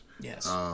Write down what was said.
Yes